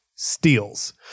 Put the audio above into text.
Steals